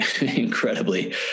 incredibly